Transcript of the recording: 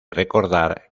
recordar